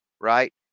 right